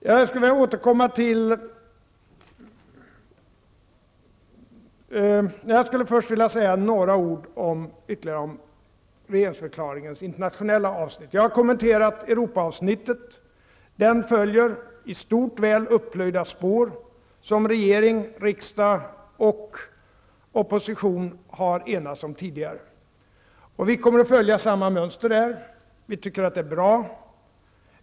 Jag vill säga ytterligare några ord om regeringsförklaringens internationella avnitt; jag har tidigare kommenterat Europaavsnittet. Den följer i stort väl upplöjda spår som regering, riksdag och opposition tidigare har enats om. Sverige kommer att följa samma mönster, och det tycker vi är bra.